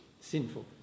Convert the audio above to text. sinful